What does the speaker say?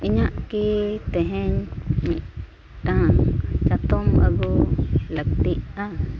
ᱤᱧᱟᱹᱜ ᱠᱤ ᱛᱮᱦᱮᱧ ᱢᱤᱫᱴᱟᱝ ᱪᱟᱛᱚᱢ ᱟᱹᱜᱩ ᱞᱟᱹᱠᱛᱤᱜᱼᱟ